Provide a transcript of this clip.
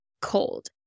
cold